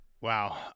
Wow